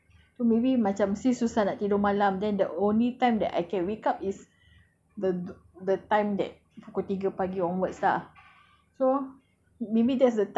then sis taubat so maybe macam sis susah nak tidur malam then the only time that I can wake up is pukul tiga pagi onwards ah